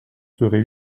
serait